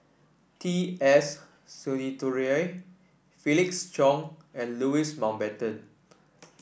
T S Sinnathuray Felix Cheong and Louis Mountbatten